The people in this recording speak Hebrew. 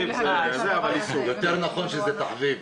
יותר נכון זה תחביב.